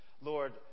Lord